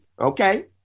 okay